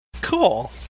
Cool